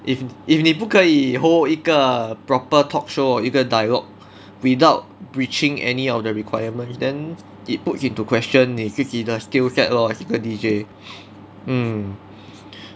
if if 你不可以 hold 一个 proper talk show or 一个 dialogue without breaching any of the requirements then it puts into question 你自己的 skill set lor as 一个 D_J mm